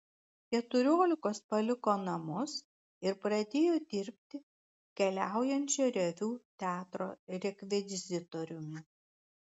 keturiolikos paliko namus ir pradėjo dirbti keliaujančio reviu teatro rekvizitoriumi